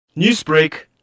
Newsbreak